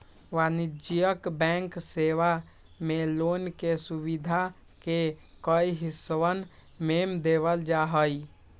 वाणिज्यिक बैंक सेवा मे लोन के सुविधा के कई हिस्सवन में देवल जाहई